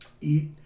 Eat